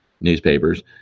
newspapers